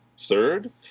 Third